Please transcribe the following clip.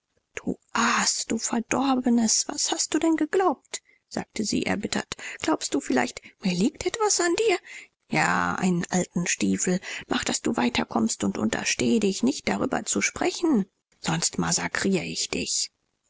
du aas du verdorbenes was hast du denn geglaubt sagte sie erbittert glaubst du vielleicht mir liegt etwas an dir ja einen alten stiefel mach daß du weiterkommst und untersteh dich nicht darüber zu sprechen sonst massakrier ich dich